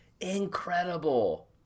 Incredible